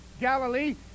Galilee